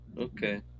Okay